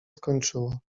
skończyło